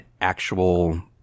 actual